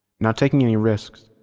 not taking any risks,